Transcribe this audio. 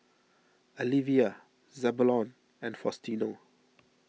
Alivia Zebulon and Faustino